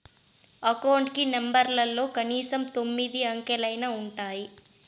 account కి నెంబర్లలో కనీసం తొమ్మిది అంకెలైనా ఉంటాయి